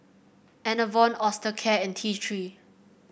Enervon Osteocare and T Three